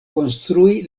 konstrui